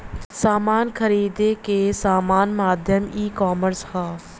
समान खरीदे क आसान माध्यम ईकामर्स हौ